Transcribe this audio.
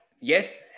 Yes